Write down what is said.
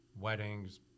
Weddings